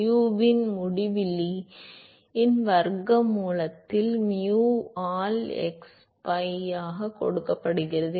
எனவே eta ஆனது y ஆல் u முடிவிலி இன் வர்க்க மூலத்தில் mu ஆல் x ஃபைன் ஆக கொடுக்கப்படுகிறது